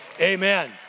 Amen